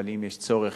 אבל אם יש צורך,